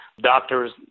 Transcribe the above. Doctors